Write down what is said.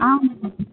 ஆ ma'am